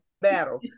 battle